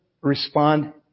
respond